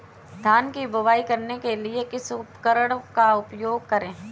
धान की बुवाई करने के लिए किस उपकरण का उपयोग करें?